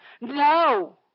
no